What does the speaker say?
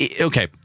okay